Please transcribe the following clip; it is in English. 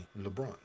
LeBron